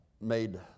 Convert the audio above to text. made